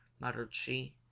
muttered she.